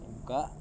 buka